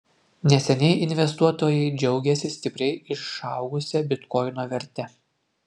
neseniai investuotojai džiaugėsi stipriai išaugusia bitkoino verte